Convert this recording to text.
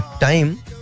time